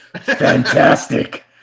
Fantastic